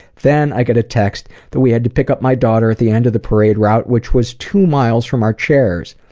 then i got a text that we had to pick up my daughter at the end of the parade route which was two miles from our chairs.